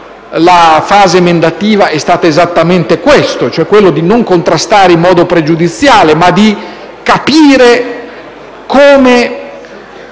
la fase emendativa è stata esattamente questa, cioè quella di non contrastare in modo pregiudiziale, ma di capire come